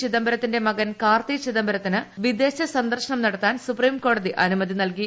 ചിദംബരത്തിന്റെ മകൻ കാർത്തി ചിദംബരത്തിന് വിദേശ സ്ക്ന്ദർശന്ം നടത്താൻ സൂപ്രീംകോടതി അനുമതി നൽകി